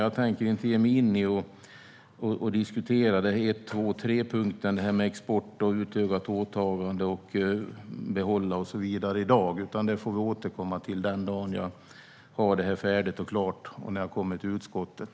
Jag tänker i dag inte ge mig in på att diskutera punkterna om export, utökat åtagande, behållande av pjäser och så vidare, utan det får vi återkomma till den dag jag har det här färdigt och kommer till utskottet.